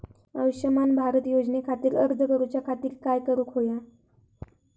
आयुष्यमान भारत योजने खातिर अर्ज करूच्या खातिर काय करुक होया?